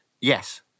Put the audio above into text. Yes